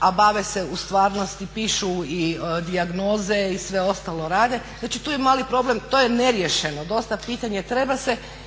a bave se u stvarnosti, pišu i dijagnoze i sve ostalo rade. Znači tu je mali problem, to je neriješeno dosta pitanje, treba se i treba